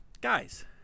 Guys